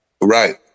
Right